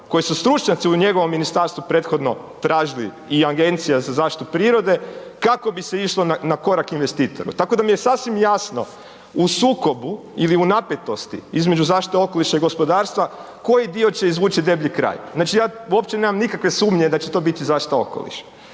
koji su stručnjaci u njegovom ministarstvu prethodno tražili i Agencija za zaštitu prirode, kako bi se išlo na korak investitoru, tako da mi je sasvim jasno u sukobu ili u napetosti između zaštite okoliša i gospodarstva, koji dio će izvući deblji kraj. Znači ja uopće nemam nikakve sumnje da će to biti zaštita okoliša.